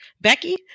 Becky